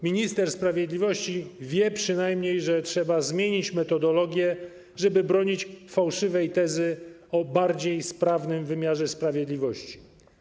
Minister sprawiedliwości wie przynajmniej, że trzeba zmienić metodologię, żeby bronić fałszywej tezy o bardziej sprawnym wymiarze sprawiedliwości.